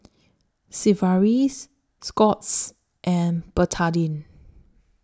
Sigvaris Scott's and Betadine